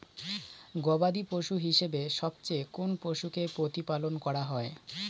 গবাদী পশু হিসেবে সবচেয়ে কোন পশুকে প্রতিপালন করা হয়?